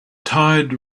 tide